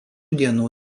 dienų